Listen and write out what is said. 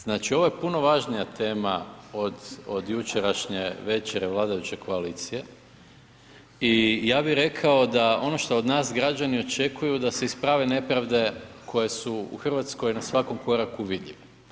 Znači ovo je puno važnija tema od jučerašnje večere vladajuće koalicije i ja bi rekao ono šta od nas građani očekuju da se isprave nepravde koje su u RH na svakom koraku vidljive.